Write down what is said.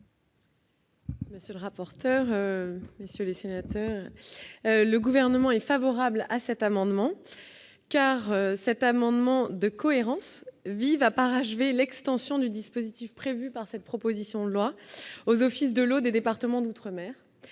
Monsieur le rapporteur, monsieur le sénateur, le gouvernement est favorable à cet amendement car cet amendement de cohérence Viva parachever l'extension du dispositif prévu par cette proposition de loi aux offices de l'eau des départements d'outre-mer,